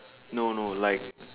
no no like